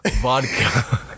Vodka